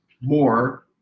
more